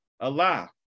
Allah